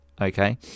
okay